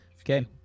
Okay